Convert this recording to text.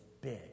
big